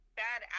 bad